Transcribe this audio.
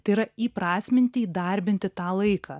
tai yra įprasminti įdarbinti tą laiką